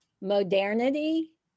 modernity